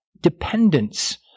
dependence